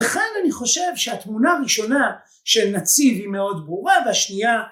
‫לכן אני חושב שהתמונה הראשונה ‫של נציב היא מאוד ברורה, ‫והשנייה...